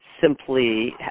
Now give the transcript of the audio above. simply